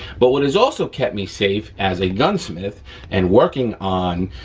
but what has also kept me safe as a gunsmith and working on,